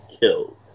killed